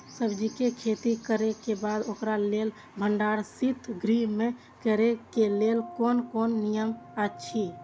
सब्जीके खेती करे के बाद ओकरा लेल भण्डार शित गृह में करे के लेल कोन कोन नियम अछि?